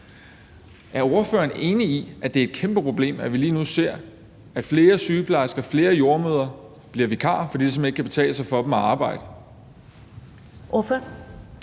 Er ordføreren enig i, at det er et kæmpeproblem, at vi lige nu ser, at flere sygeplejersker og flere jordemødre bliver vikarer, fordi det ellers simpelt hen ikke kan betale sig for dem at arbejde? Kl.